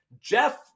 Jeff